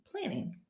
planning